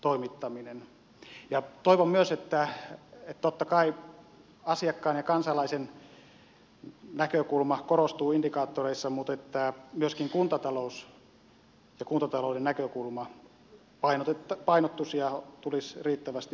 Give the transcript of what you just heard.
toivon myös että totta kai paitsi asiakkaan ja kansalaisen näkökulma korostuu indikaattoreissa myöskin kuntatalous ja kuntatalouden näkökulma painottuisi ja tulisi riittävästi huomioiduksi